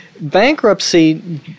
bankruptcy